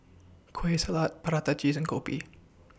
Kueh Salat Prata Cheese and Kopi